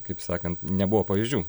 kaip sakant nebuvo pavyzdžių